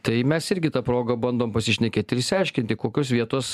tai mes irgi ta proga bandom pasišnekėti ir išsiaiškinti kokios vietos